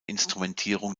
instrumentierung